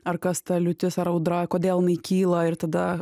ar kas ta liūtis ar audra kodėl jinai kyla ir tada